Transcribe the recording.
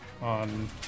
on